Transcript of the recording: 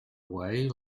away